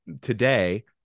today